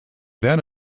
then